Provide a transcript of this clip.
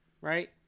right